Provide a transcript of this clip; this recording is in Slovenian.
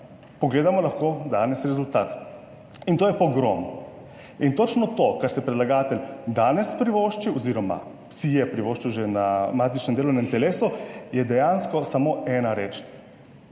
Pogledamo lahko danes rezultat. In to je pogrom. In točno to, kar si predlagatelj danes privošči oz. si je privoščil že na matičnem delovnem telesu, je dejansko samo ena reč: